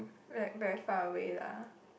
like very far away lah